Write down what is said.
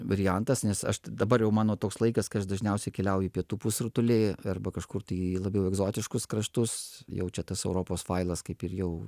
variantas nes aš dabar jau mano toks laikas kai aš dažniausiai keliauju į pietų pusrutulį arba kažkur tai labiau į egzotiškus kraštus jau čia tas europos failas kaip ir jau